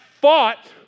fought